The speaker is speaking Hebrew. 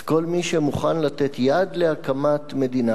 אז כל מי שמוכן לתת יד להקמת מדינה